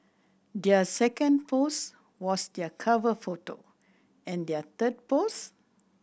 their second post was their cover photo and their third post